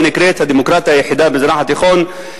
שנקראת "הדמוקרטיה היחידה במזרח התיכון",